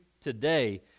today